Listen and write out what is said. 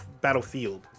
Battlefield